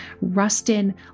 Rustin